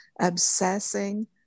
obsessing